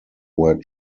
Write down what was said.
were